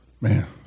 Man